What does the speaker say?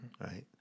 right